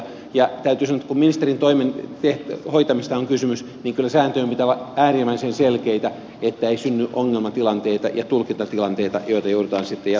täytyy sanoa että kun ministerin toimen hoitamisesta on kysymys niin kyllä sääntöjen pitää olla äärimmäisen selkeitä niin että ei synny ongelmatilanteita ja tulkintatilanteita joita joudutaan sitten jatkossa pohtimaan